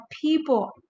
people